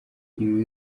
ibi